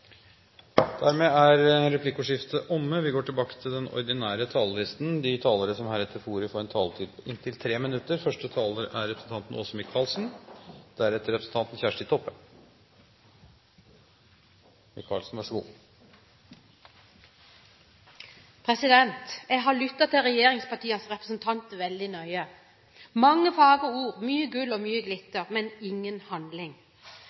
Dermed er replikkordskiftet omme. De talere som heretter får ordet, har en taletid på inntil 3 minutter. Jeg har lyttet veldig nøye til regjeringspartienes representanter: mange fagre ord, mye gull og mye glitter, men ingen handling.